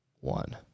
One